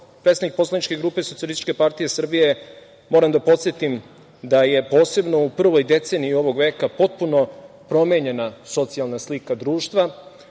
predstavnik poslaničke grupe SPS moram da podsetim da je posebno u prvoj deceniji ovog veka potpuno promenjena socijalna slika društva,